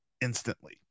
instantly